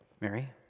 Mary